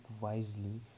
wisely